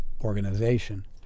Organization